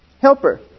Helper